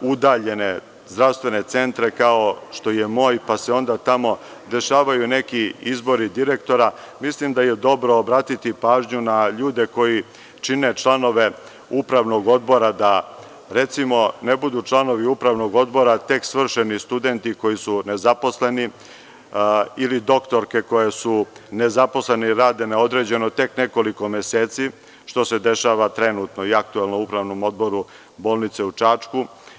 udaljene zdravstvene centre, kao što je moj, pa se onda tamo dešavaju neki izbori direktora, mislim da je dobro obratiti pažnju na ljude koji čine članove upravnog odbora da, recimo, ne budu članovi upravnog odbora tek svršeni studenti koji su nezaposleni ili doktorke koje su nezaposlene ili rade na određeno tek nekoliko meseci, što se dešava trenutno i aktuelno je u upravnom odboru bolnice u Čačku.